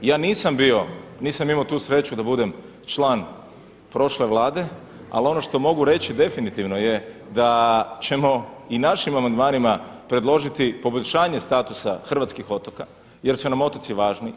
Ja nisam bio, nisam imao tu sreću da budem član prošle Vlade, ali ono što mogu reći definitivno je da ćemo i našim amandmanima predložiti poboljšanje statusa hrvatskih otoka jer su nam otoci važni.